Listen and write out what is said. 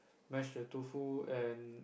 mash the Tofu and